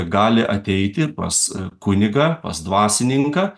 gali ateiti pas kunigą pas dvasininką